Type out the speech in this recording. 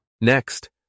Next